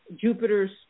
Jupiter's